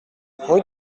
rue